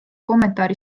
kommentaari